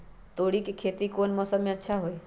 तोड़ी के खेती कौन मौसम में अच्छा होई?